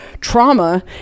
trauma